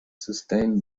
sustain